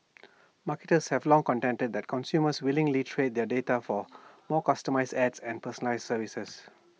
marketers have long contended that consumers willingly trade their data for more customised ads and personalised services